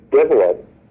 develop